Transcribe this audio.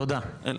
תודה.